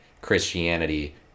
Christianity